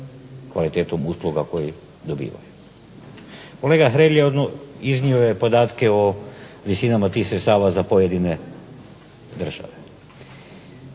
kvalitetom usluga koju dobivaju. Kolega Hrelja iznio je podatke o visinama tih sredstava za pojedine države.